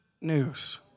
news